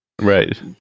Right